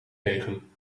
tegen